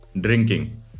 Drinking